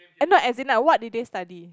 and not as in like what did they study